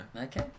Okay